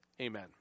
amen